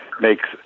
makes